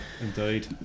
indeed